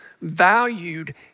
valued